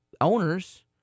owners